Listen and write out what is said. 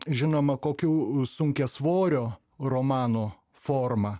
žinoma kokių sunkiasvorio romano forma